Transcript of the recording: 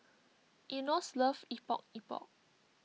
Enos loves Epok Epok